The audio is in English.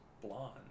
blonde